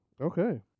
Okay